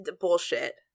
Bullshit